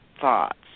thoughts